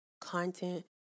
content